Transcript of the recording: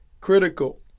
critical